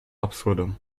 absurdum